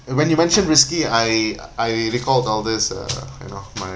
when you mentioned risky I I recall all this uh you know my